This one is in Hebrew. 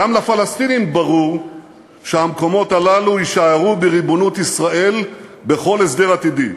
גם לפלסטינים ברור שהמקומות הללו יישארו בריבונות ישראל בכל הסדר עתידי.